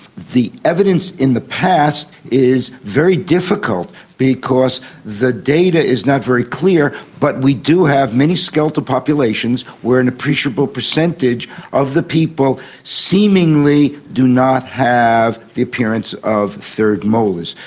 the evidence in the past is very difficult because the data is not very clear, but we do have many skeletal populations where an appreciable percentage of the people seemingly do not have the appearance of third molars.